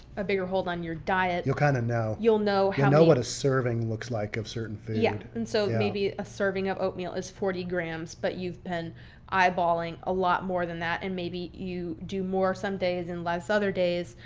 a bigger hold on your diet. you'll kind of know. you'll know how many you'll what a serving looks like of certain food. yeah and so maybe ah serving of oatmeal is forty grams, but you've been eyeballing a lot more than that and maybe you do more some days and less other days.